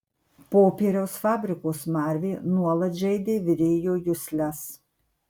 popieriaus fabriko smarvė nuolat žeidė virėjo jusles